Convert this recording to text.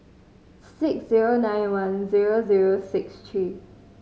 six zero nine one zero zero six three